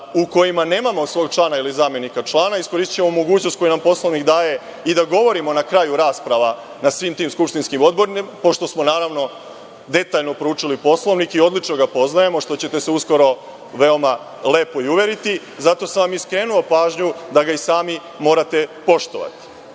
u kojima nemamo svog člana ili zamenika člana. Iskoristićemo mogućnost koju nam Poslovnik daje i da govorimo na kraju rasprava na svim tim skupštinskim odborima, pošto smo, naravno, detaljno proučili Poslovnik i odlično ga poznajemo, što ćete se uskoro veoma lepo i uveriti, zato sam vam i skrenuo pažnju da ga i sami morate poštovati. Dakle,